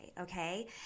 okay